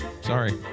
Sorry